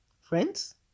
friends